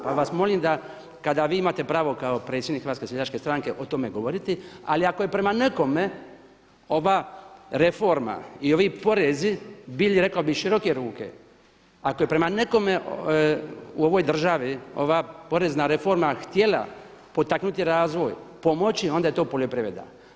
Pa vas molim da kada vi imate pravo kao predsjednik Hrvatske seljačke stranke o tome govoriti, ali ako je prema nekome ova reforma i ovi porezi bili rekao bih široke ruke, ako je prema nekome u ovoj državi ova porezna reforma htjela potaknuti razvoj pomoći onda je to poljoprivreda.